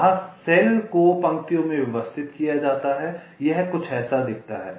वहां सेल को पंक्तियों में व्यवस्थित किया जाता है यह कुछ ऐसा दिखता है